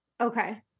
Okay